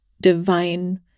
divine